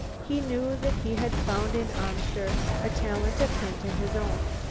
he knew that he had found in amster a talent akin to his own,